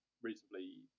reasonably